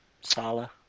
Sala